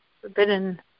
forbidden